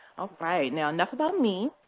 right. now, enough about me.